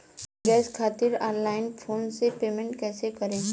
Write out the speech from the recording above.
Gas खातिर online phone से payment कैसे करेम?